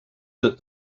that